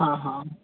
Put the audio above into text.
हांहां